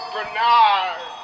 Bernard